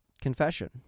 confession